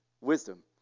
wisdom